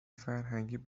فرهنگ